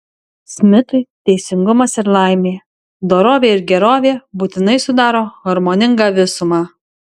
smitui teisingumas ir laimė dorovė ir gerovė būtinai sudaro harmoningą visumą